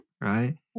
Right